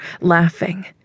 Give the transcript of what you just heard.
laughing